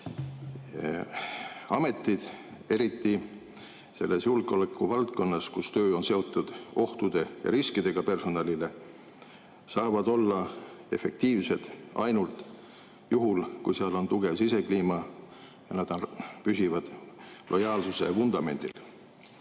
Ametid, eriti selles julgeolekuvaldkonnas, kus töö on seotud ohtude ja riskidega personalile, saavad olla efektiivsed ainult juhul, kui seal on tugev sisekliima ja nad püsivad lojaalsuse vundamendil.